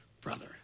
brother